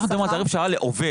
אנחנו מדברים על תעריף שעה לעובד.